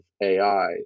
ai